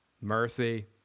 Mercy